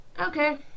Okay